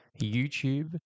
YouTube